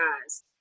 guys